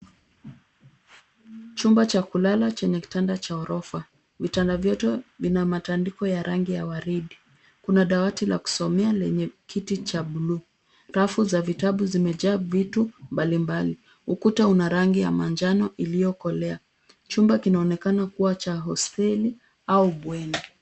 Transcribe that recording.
Chumba cha kulala chenye kitanda cha ghorofa, vitanda vyote vina matandiko ya rangi ya waridi. Kuna dawati la kusome lenye kiti cha buluu. Rafu za vitabu zimejaa vitu mbalimbali, ukuta una rangi ya manjano iliyokolea. Chumba kinaonekana kuwa cha hosteli au bweni.